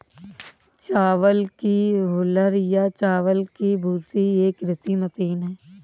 चावल की हूलर या चावल की भूसी एक कृषि मशीन है